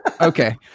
Okay